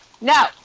No